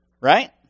Right